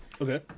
Okay